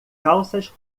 calças